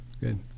Good